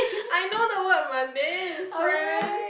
I know the word mundane friend